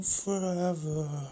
forever